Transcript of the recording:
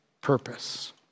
purpose